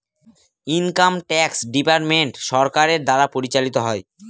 income tax department সরকারের দ্বারা পরিচালিত হয়